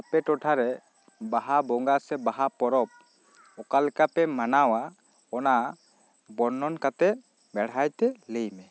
ᱟᱯᱮ ᱴᱚᱴᱷᱟ ᱨᱮ ᱵᱟᱦᱟ ᱵᱚᱸᱜᱟ ᱥᱮ ᱵᱟᱦᱟ ᱯᱚᱨᱚᱵᱽ ᱚᱠᱟ ᱞᱮᱠᱟ ᱯᱮ ᱢᱟᱱᱟᱣᱼᱟ ᱚᱱᱟ ᱵᱚᱨᱱᱚᱱ ᱠᱟᱛᱮᱜ ᱵᱮᱲᱦᱟᱭ ᱛᱮ ᱞᱟᱹᱭ ᱢᱮ